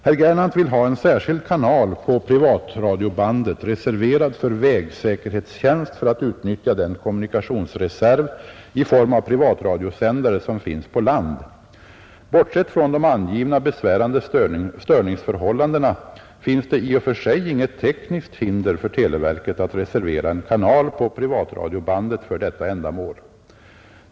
Herr Gernandt vill ha en särskild kanal på privatradiobandet reserverad för vägsäkerhetstjänst för att utnyttja den kommunikationsreserv i form av privatradiosändare som finns på land. Bortsett från de angivna besvärande störningsförhållandena finns det i och för sig inget tekniskt hinder för televerket att reservera en kanal på privatradiobandet för detta ändamål.